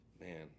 man